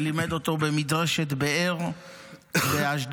שלימד אותו במדרשת באר באשדוד,